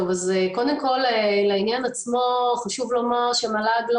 טוב אז קודם כל לעניין עצמו חשוב לומר שמל"ג לא